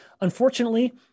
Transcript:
Unfortunately